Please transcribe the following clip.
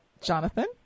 Jonathan